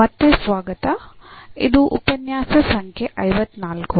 ಮತ್ತೆ ಸ್ವಾಗತ ಇದು ಉಪನ್ಯಾಸ ಸಂಖ್ಯೆ 54